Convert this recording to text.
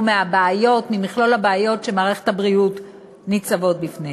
או ממכלול הבעיות שמערכת הבריאות ניצבת בפניהן.